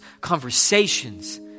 conversations